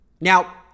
Now